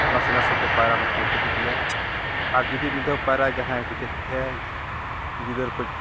ᱱᱟᱥᱮ ᱱᱟᱥᱮᱛᱮ ᱯᱟᱭᱨᱟ ᱦᱚᱸᱠᱚ ᱪᱮᱫ ᱤᱫᱤᱭᱟ ᱟᱨ ᱡᱩᱫᱤ ᱢᱤᱫ ᱫᱷᱟᱹᱣ ᱯᱟᱭᱨᱟ ᱡᱟᱦᱟᱸᱭ ᱠᱚ ᱪᱮᱫ ᱠᱮᱭᱟ ᱜᱤᱫᱟᱹᱨ ᱠᱷᱚᱱ